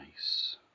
nice